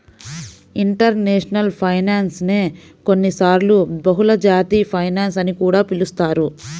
international finance నే కొన్నిసార్లు బహుళజాతి ఫైనాన్స్ అని కూడా పిలుస్తారు